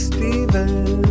Steven